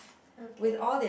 okay